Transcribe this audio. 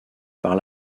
par